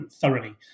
thoroughly